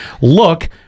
look